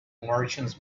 martians